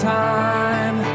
time